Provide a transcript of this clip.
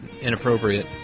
inappropriate